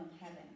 heaven